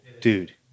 Dude